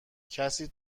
کسی